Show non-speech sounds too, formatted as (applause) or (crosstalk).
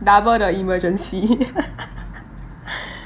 double the emergency (laughs)